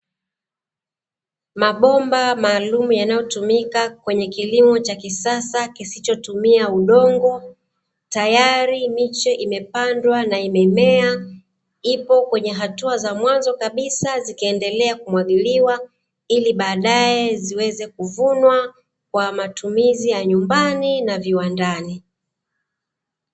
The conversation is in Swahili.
Mabomba maalumu yanayotumika kwenye kilimo cha kisasa kisichotumia udongo, tayari miche imepandwa na imemea, ipo katika hatua za mwanzo kabisa zikiendelea kumwagiliwa, ili baadaye ziweze kuvunwa kwa matumizi ya nyumbani na viwandani.